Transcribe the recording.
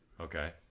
Okay